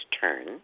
turn